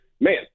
man